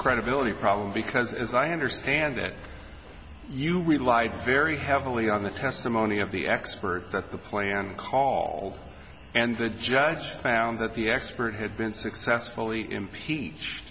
credibility problem because as i understand it you relied very heavily on the testimony of the expert that the plan call and the judge found that the expert had been successfully impeach